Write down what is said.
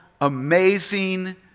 amazing